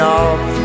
off